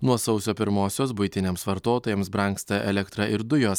nuo sausio pirmosios buitiniams vartotojams brangsta elektra ir dujos